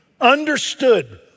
understood